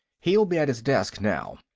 he'll be at his desk now.